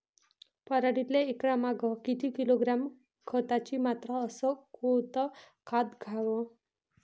पराटीले एकरामागं किती किलोग्रॅम खताची मात्रा अस कोतं खात द्याव?